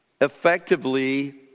effectively